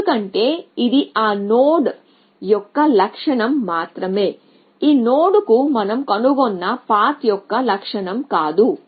ఎందుకంటే ఇది ఆ నోడ్ యొక్క లక్షణం మాత్రమే ఈ నోడ్కు మనం కనుగొన్న పాత్ యొక్క లక్షణం కాదు